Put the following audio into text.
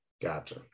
Gotcha